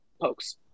pokes